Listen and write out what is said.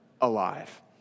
alive